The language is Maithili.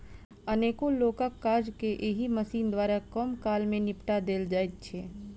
अनेको लोकक काज के एहि मशीन द्वारा कम काल मे निपटा देल जाइत छै